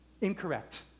incorrect